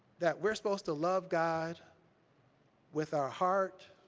that we're supposed to love god with our heart,